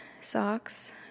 socks